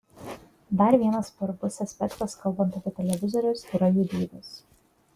dar vienas svarbus aspektas kalbant apie televizorius yra jų dydis